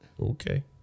Okay